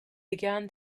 began